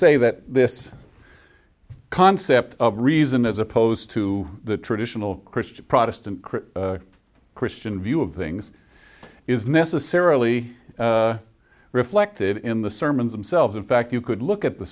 say that this concept of reason as opposed to the traditional christian protestant christian christian view of things is necessarily reflected in the sermons themselves in fact you could look at the